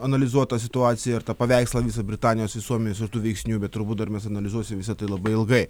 analizuot tą situaciją ir tą paveikslą visą britanijos ir suomijos ir tų veiksnių bet turbūt dar mes analizuosim visa tai labai ilgai